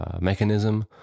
Mechanism